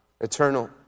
eternal